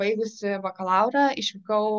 baigusi bakalaurą išvykau